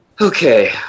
Okay